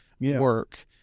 work